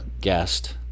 guest